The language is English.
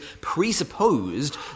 presupposed